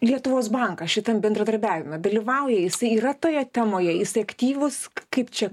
lietuvos bankas šitam bendradarbiavime dalyvauja jisai yra toje temoje jisai aktyvus kaip čia